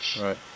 Right